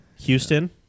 Houston